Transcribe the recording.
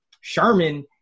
Sherman